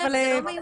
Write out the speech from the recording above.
לא,